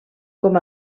com